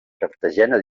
cartagena